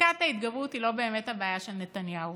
פסקת ההתגברות היא לא באמת הבעיה של נתניהו.